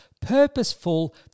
purposeful